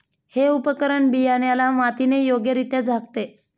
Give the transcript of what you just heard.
हे उपकरण बियाण्याला मातीने योग्यरित्या झाकते